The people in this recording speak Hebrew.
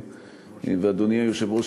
אדוני היושב-ראש,